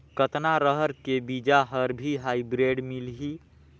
कतना रहर के बीजा हर भी हाईब्रिड मिलही?